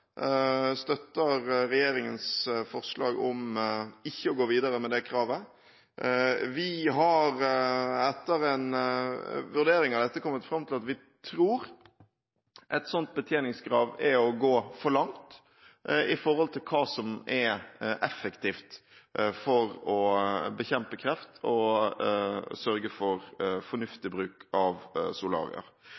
støtter regjeringens forslag om ikke å gå videre med det kravet. Vi har etter en vurdering av dette kommet fram til at vi tror et sånt betjeningskrav er å gå for langt i forhold til hva som er effektivt for å bekjempe kreft og sørge for